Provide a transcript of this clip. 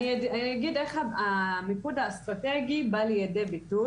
אני אגיד איך המיקוד האסטרטגי בא לידי ביטוי.